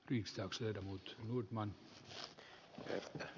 viksauksen ja muut udman harjoittaa